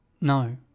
no